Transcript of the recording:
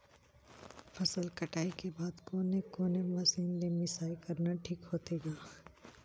फसल कटाई के बाद कोने कोने मशीन ले मिसाई करना ठीक होथे ग?